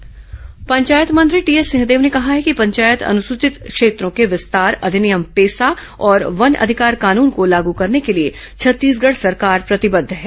Singhdeo PESA कानून पंचायत मंत्री TS Singhdeo ने कहा है कि पंचायत अनुसूचित क्षेत्रों के विस्तार अधिनियम पेसा और वन अधिकार कानन को लाग करने के लिए छत्तीसगढ सरकार प्रतिबद्ध है